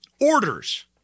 Orders